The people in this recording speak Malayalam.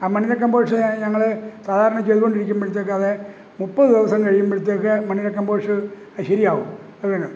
ആ മണ്ണിര കമ്പോഷ് ഞങ്ങള് സാധാരണ ചെയ്തുകൊണ്ടിരിക്കുമ്പൊഴ്ത്തേയ്ക്കത് മുപ്പത് ദിവസം കഴിയുമ്പോഴ്ത്തേയ്ക്ക് മണ്ണിര കമ്പോഷ് അത് ശരിയാവും അതുതന്നെ